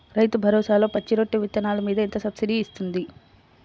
రైతు భరోసాలో పచ్చి రొట్టె విత్తనాలు మీద ఎంత సబ్సిడీ ఇస్తుంది?